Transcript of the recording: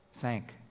Thank